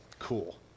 Cool